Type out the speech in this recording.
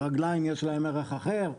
לרגליים יש ערך אחר,